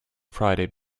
friday